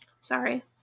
Sorry